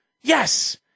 Yes